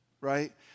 right